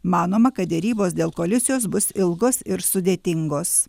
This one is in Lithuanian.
manoma kad derybos dėl koalicijos bus ilgos ir sudėtingos